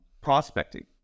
prospecting